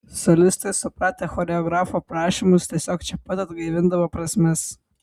solistai supratę choreografo prašymus tiesiog čia pat atgaivindavo prasmes